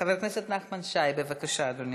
חבר הכנסת נחמן שי, בבקשה, אדוני.